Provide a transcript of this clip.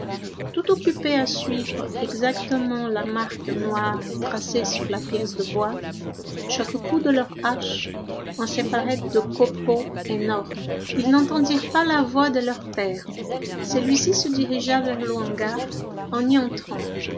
tout occupés à suivre exactement la marque noire tracée sur la pièce de bois chaque coup de leur hache en séparait des copeaux énormes ils n'entendirent pas la voix de leur père celui-ci se dirigea vers le hangar en y entrant